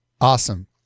Awesome